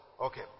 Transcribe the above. Okay